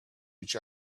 each